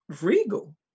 regal